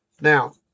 Now